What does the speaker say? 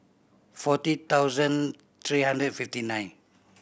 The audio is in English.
forty thousand three hundred fifty nine